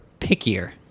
Pickier